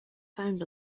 found